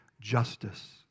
justice